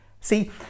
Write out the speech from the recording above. See